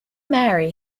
mary